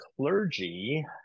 clergy